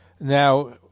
Now